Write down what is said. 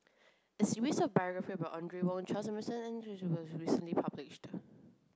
a series of biographies about Audrey Wong Charles Emmerson and Ahmad Jais was recently published